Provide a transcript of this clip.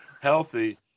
healthy